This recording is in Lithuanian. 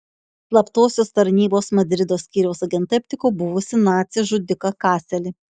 slaptosios tarnybos madrido skyriaus agentai aptiko buvusį nacį žudiką kaselį